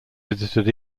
visited